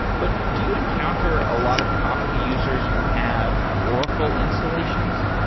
but do you encounter a lot of kafka users who have oracle installations?